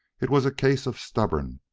it was a case of stubborn,